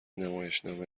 نمایشنامه